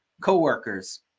co-workers